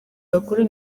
bakuru